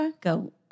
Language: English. go